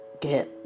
Get